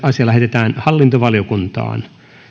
asia lähetetään hallintovaliokuntaan